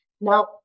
Now